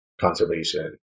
conservation